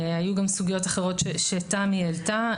היו גם סוגיות אחרות שתמי העלתה.